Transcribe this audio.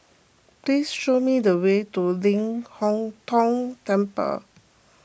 please show me the way to Ling Hong Tong Temple